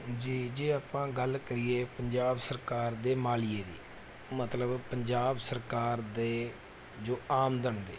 ਜੇ ਜੇ ਆਪਾਂ ਗੱਲ ਕਰੀਏ ਪੰਜਾਬ ਸਰਕਾਰ ਦੇ ਮਾਲੀਏ ਦੀ ਮਤਲਬ ਪੰਜਾਬ ਸਰਕਾਰ ਦੇ ਜੋ ਆਮਦਨ ਦੇ